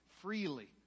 freely